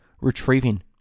retrieving